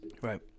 Right